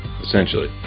essentially